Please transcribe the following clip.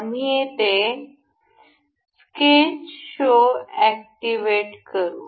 आम्ही येथे sketch show activate करू